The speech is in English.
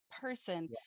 person